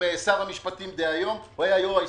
שר המשפטים דהיום הוא היה יו"ר ההסתדרות.